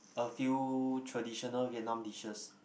a few traditional Vietnam dishes